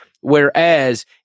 Whereas